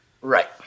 Right